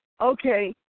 okay